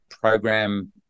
program